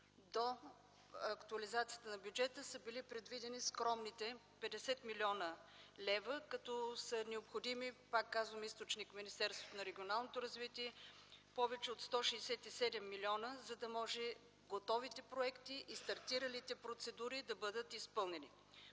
до актуализацията на бюджета, са били предвидени скромните 50 млн. лв., като са необходими, пак казвам източник е Министерството на регионалното развитие и благоустройството, повече от 167 млн., за да може готовите проекти и стартиралите процедури да бъдат изпълнени.